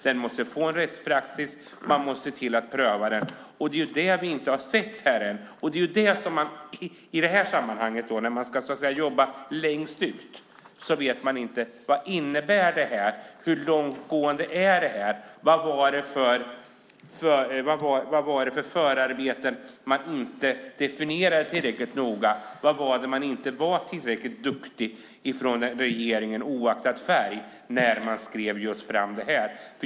Den måste få en rättspraxis. Man måste se till att pröva den. Det är det vi inte har sett ännu. I det här sammanhanget, när man ska jobba längst ut, vet man inte vad detta innebär. Hur långtgående är det? Vad var det för förarbeten man inte definierade tillräckligt noga? Vad var det man inte var tillräckligt duktig med från regeringen oaktat färg när man tog fram det här?